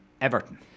Everton